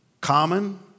common